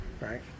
right